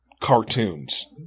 cartoons